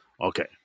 Okay